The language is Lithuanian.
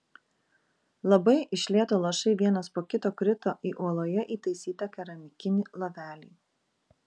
labai iš lėto lašai vienas po kito krito į uoloje įtaisytą keramikinį lovelį